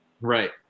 Right